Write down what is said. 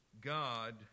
God